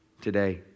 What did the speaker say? today